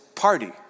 party